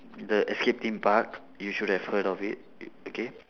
the escape theme park you should have heard of it okay